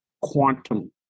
quantum